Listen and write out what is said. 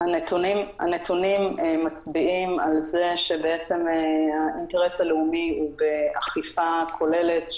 הנתונים מצביעים על זה שהאינטרס הלאומי הוא באכיפה כוללת,